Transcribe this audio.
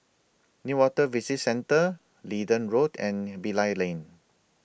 Newater Visitor Centre Leedon Road and Bilal Lane